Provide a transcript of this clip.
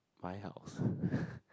my house